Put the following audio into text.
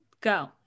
Go